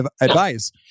advice